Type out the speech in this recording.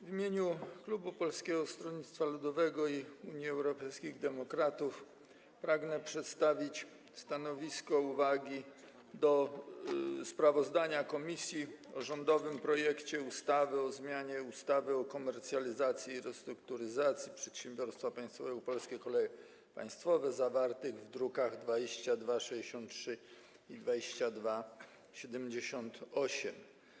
W imieniu klubu Polskiego Stronnictwa Ludowego i Unii Europejskich Demokratów pragnę przedstawić stanowisko, uwagi co do sprawozdania komisji o rządowym projekcie ustawy o zmianie ustawy o komercjalizacji i restrukturyzacji przedsiębiorstwa państwowego „Polskie Koleje Państwowe”, zawartych w drukach nr 2263 i 2278.